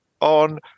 on